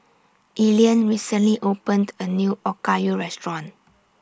Elian recently opened A New Okayu Restaurant